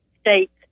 states